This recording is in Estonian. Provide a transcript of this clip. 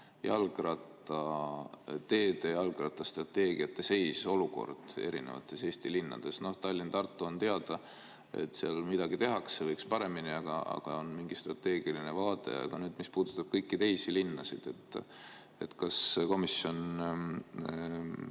jalgrattateede, jalgrattastrateegiate seis erinevates Eesti linnades? Tallinn ja Tartu – on teada, et seal midagi tehakse, võiks paremini, aga on mingi strateegiline vaade. Aga mis puudutab kõiki teisi linnasid? Kas komisjon